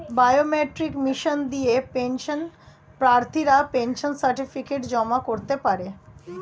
biometric machine দিয়ে pension প্রার্থীরা pension certificate জমা করতে পারে